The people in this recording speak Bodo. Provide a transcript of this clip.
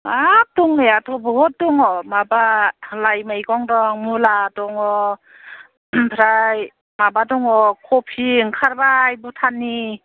हाब दंनायाथ' बहथ दङ माबा लाइ मैगं दं मुला दङ ओमफ्राय माबा दङ कफि ओंखारबाय भुटाननि